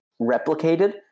replicated